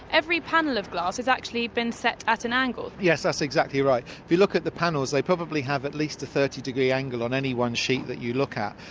every panel of glass has actually been set at an angle. yes, that's exactly right. if you look at the panels they probably have at least a thirty degree angle on any one sheet you look at.